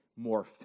morphed